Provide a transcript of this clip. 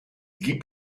gibt